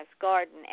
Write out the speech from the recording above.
Garden